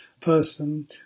person